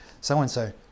so-and-so